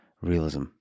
realism